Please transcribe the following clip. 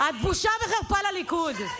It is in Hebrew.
את בושה וחרפה לליכוד,